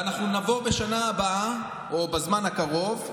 ואנחנו נבוא בשנה הבאה או בזמן הקרוב,